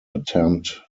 attempt